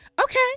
okay